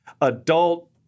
adult